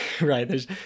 Right